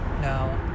Now